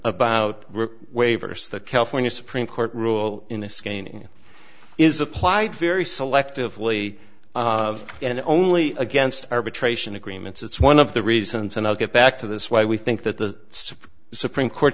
about waivers the california supreme court rule in a scanning is applied very selectively and only against arbitration agreements it's one of the reasons and i'll get back to this why we think that the supreme court